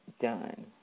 done